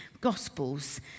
Gospels